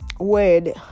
word